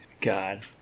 God